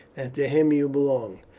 and to him you belong.